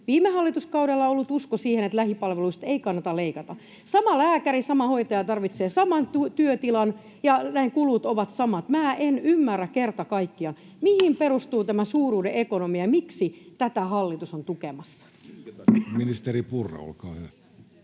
viime hallituskaudella ollut usko siihen, että lähipalveluista ei kannata leikata? Sama lääkäri ja sama hoitaja tarvitsee saman työtilan, ja näin kulut ovat samat. En ymmärrä kerta kaikkiaan, mihin perustuu tämä suuruuden ekonomia ja miksi tätä hallitus on tukemassa. Ministeri Purra, olkaa hyvä.